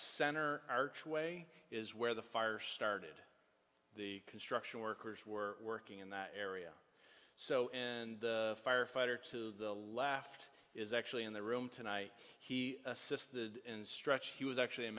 center archway is where the fire started the construction workers were working in that area so and the firefighter to the left is actually in the room tonight he assisted in stretch he was actually a